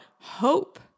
hope